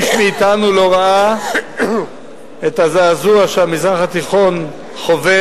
איש מאתנו לא ראה את הזעזוע שהמזרח התיכון חווה